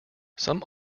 some